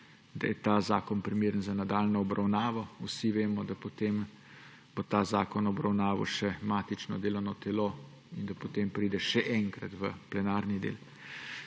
da je ta zakon primeren za nadaljnjo obravnavo. Vsi vemo, da potem bo ta zakon obravnavalo še matično delovno telo in da potem pride še enkrat v plenarni del.